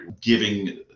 giving